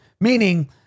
Meaning